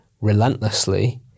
relentlessly